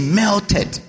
melted